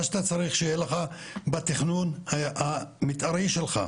מה שאתה צריך שיהיה לך בתכנון המתארי שלך,